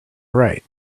right